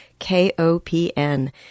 KOPN